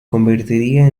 convertiría